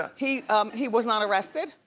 ah he um he was not arrested?